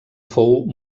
fou